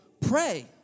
pray